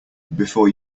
before